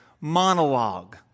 monologue